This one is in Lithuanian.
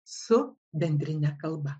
su bendrine kalba